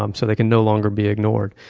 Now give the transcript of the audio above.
um so they can no longer be ignored.